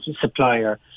supplier